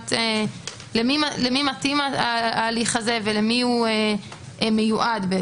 מבחינת למי מתאים ההליך הזה ולמי הוא מיועד.